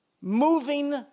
Moving